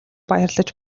баярлаж